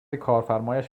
کارفرمایش